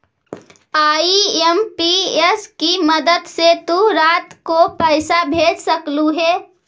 IMPS की मदद से तु रात को पैसे भेज सकलू हे